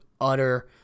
utter